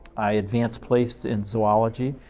i advanced placed in zoology.